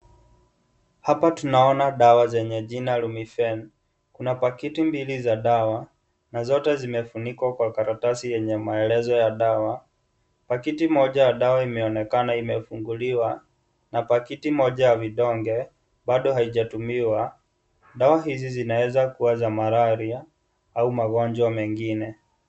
Hapa tunaona dawa zenye jina,(cs)lumifen(cs), kuna pakiti mbili za dawa na zote zimefunikwa kw karatasi ynye maelezo ya dawa, pakiti moja ya dawa imeonekana imefunguliwa, na pakiti moja ya vidonge, bado haijatumiwa, dawa hizi zinaweza kuwa za maralia, au magonjwa mengine.